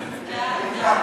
דין הרציפות